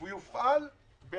הוא יופעל ברגע